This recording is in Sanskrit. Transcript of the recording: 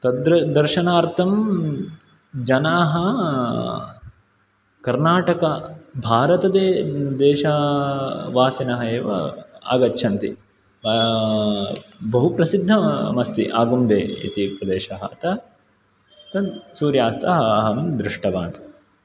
तदृ दर्शनार्थं जनाः कर्नाटक भारतदे देशावासिनः एव आगच्छन्ति बहु प्रसिद्धमस्ति आगुम्बे इति प्रदेशः अतः तत्सूर्यास्तः अहं दृष्टवान्